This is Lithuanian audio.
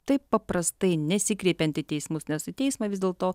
taip paprastai nesikreipiant į teismus nes į teismą vis dėlto